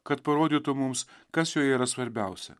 kad parodytų mums kas joje yra svarbiausia